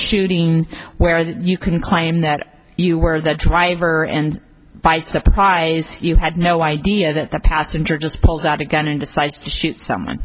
shooting where you can claim that you were the driver and by surprise you had no idea that the passenger just pulls out a gun and decides to shoot someone